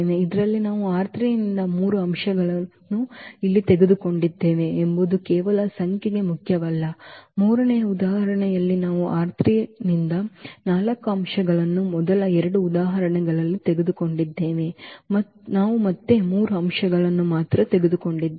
ಇದರಲ್ಲಿ ನಾವು ನಿಂದ ಮೂರು ಅಂಶಗಳನ್ನು ಇಲ್ಲಿ ತೆಗೆದುಕೊಂಡಿದ್ದೇವೆ ಎಂಬುದು ಕೇವಲ ಸಂಖ್ಯೆಗೆ ಮುಖ್ಯವಲ್ಲ ಮೂರನೆಯ ಉದಾಹರಣೆಯಲ್ಲಿ ನಾವು ನಿಂದ ನಾಲ್ಕು ಅಂಶಗಳನ್ನು ಮೊದಲ ಎರಡು ಉದಾಹರಣೆಗಳಲ್ಲಿ ತೆಗೆದುಕೊಂಡಿದ್ದೇವೆ ನಾವು ಮತ್ತೆ ಮೂರು ಅಂಶಗಳನ್ನು ಮಾತ್ರ ತೆಗೆದುಕೊಂಡಿದ್ದೇವೆ